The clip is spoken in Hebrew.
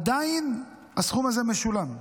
עדיין הסכום הזה משולם.